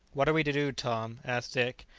what are we to do, tom? asked dick,